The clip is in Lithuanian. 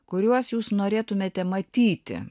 kuriuos jūs norėtumėte matyti